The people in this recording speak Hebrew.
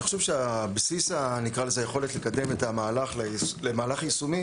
אני חושב שהבסיס של היכולת לקדם את המהלך למהלך יישומי,